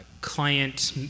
client